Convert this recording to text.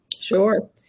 Sure